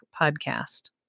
podcast